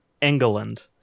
England